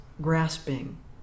grasping